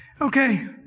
okay